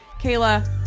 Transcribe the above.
kayla